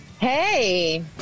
Hey